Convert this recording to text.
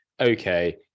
okay